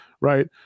Right